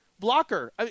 Blocker